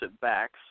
backs